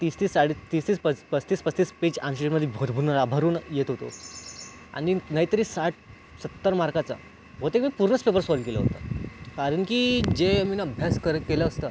तीस तीस चाळीस तीस तीस पस् पस्तीस पस्तीस पेज आन्शर शीटमध्ये भरभरून भरून लिहत होतो आणि नाहीतरी साठ सत्तर मार्काचा बहुतेक मी पूर्णच पेपर सॉल्व केलं होता कारण की जे मी अभ्यास कर केलं असतं